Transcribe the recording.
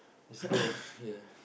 ya